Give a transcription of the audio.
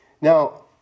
Now